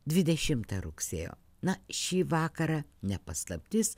dvidešimtą rugsėjo na šį vakarą ne paslaptis